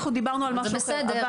אנחנו דיברנו על משהו אחר.